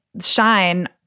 Shine